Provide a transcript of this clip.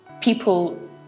People